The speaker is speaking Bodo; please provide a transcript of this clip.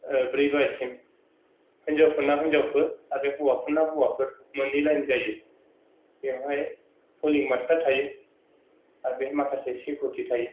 ब्रै बाजिसिम हिनजावफोरना हिनजावफोर आरो हौवाफोरना हौवाफोर मोननै लाइन जायो बेवहाय फलिं मास्टार थायो आरो बेहाय माखासे सेकुरिटि थायो